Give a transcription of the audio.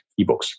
ebooks